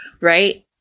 Right